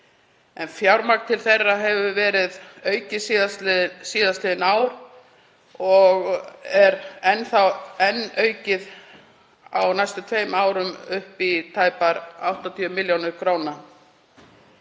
Fjármagn til þeirra hefur verið aukið síðastliðin ár og er enn þá aukið í á næstu tveimur árum, upp í tæpar 80 millj. kr.